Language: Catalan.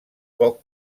poc